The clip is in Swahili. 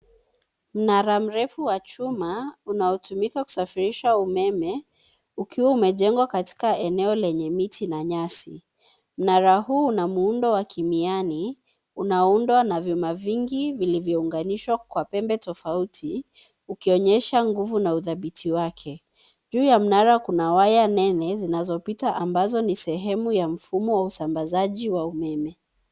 Nara mrefu wa chuma unaotumika kusafirisha umeme ukiwa umejengwa katika eneo lenye miti na nyasi. Mnara huu una muundo wa kimiani unaoundwa na vyuma vingi vilivyounganishwa kwa pembe tofauti ukionyehsa nguvu na udhabiti wake. Juu ya mnara kuna waya nene zinazopita ambazo ni sehemu ya mfumo wa usambazaji wa umeme.